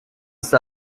ist